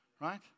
right